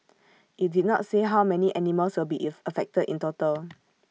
IT did not say how many animals will be affected in total